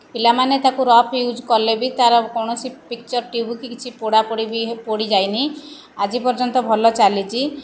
ପିଲାମାନେ ତାକୁ rough use କଲେ ବି ତାର କୌଣସି ପିକ୍ଚର ଟ୍ୟୁବ କି କିଛି ପୋଡ଼ାପୋଡ଼ି କି କିଛି ପୋଡ଼ି ଯାଇନି ଆଜି ପର୍ଯ୍ୟନ୍ତ ଭଲ ଚାଲିଛି